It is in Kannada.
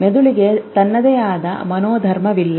ಮೆದುಳಿಗೆ ತನ್ನದೇ ಆದ ಮನೋಧರ್ಮವಿಲ್ಲ